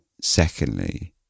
secondly